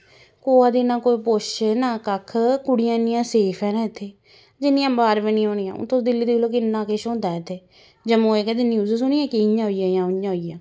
कुसा दी ना कोई पुच्छ ना कक्ख कुड़ियां इ'न्नियां सेफ ऐ ना इत्थें जि'न्नियां बाह्र बी निं होनियां तुस दिल्ली दिक्खी लैओ कि'न्ना किश होंदा ऐ इत्थें जम्मू दी कदें न्यूज़ सुनी कि इ'यां होइया जां उ'यां होइया